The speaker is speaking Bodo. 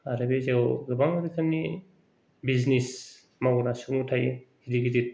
आरो बे जायगायाव गोबां रोखोमनि बिजिनिस मावग्रा सुबुं थायो गिदिर गिदिर